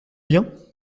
julien